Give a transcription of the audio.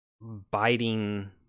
biting